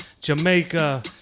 Jamaica